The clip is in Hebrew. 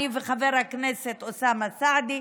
אני וחבר הכנסת אוסאמה סעדי,